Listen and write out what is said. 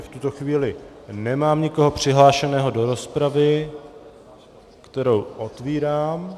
V tuto chvíli nemám nikoho přihlášeného do rozpravy, kterou otvírám.